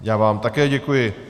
Já vám také děkuji.